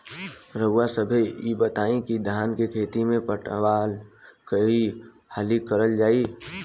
रउवा सभे इ बताईं की धान के खेती में पटवान कई हाली करल जाई?